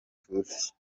tuzi